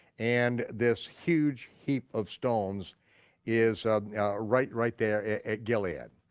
and this huge heap of stones is right right there at gilead.